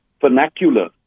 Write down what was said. vernacular